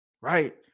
right